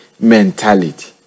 mentality